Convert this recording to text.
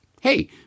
hey